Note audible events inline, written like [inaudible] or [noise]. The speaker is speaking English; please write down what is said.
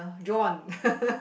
John [laughs]